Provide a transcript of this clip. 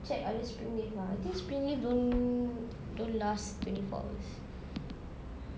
check other spring leaf ah I think spring leaf don't don't last twenty four hours